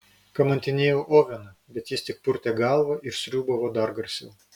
kamantinėjau oveną bet jis tik purtė galvą ir sriūbavo dar garsiau